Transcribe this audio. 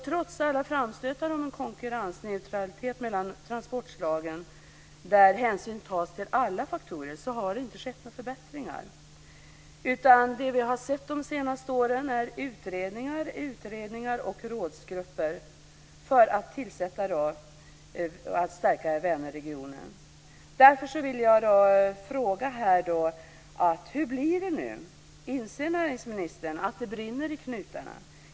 Trots alla framstötar om en konkurrensneutralitet mellan transportslagen, där hänsyn tas till alla faktorer, har det inte skett några förbättringar. Det vi har sett de senaste åren är utredningar och rådsgrupper, som man tillsatt för att stärka Vänerregionen. Jag vill fråga hur det blir nu. Inser näringsministern att det brinner i knutarna?